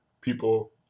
people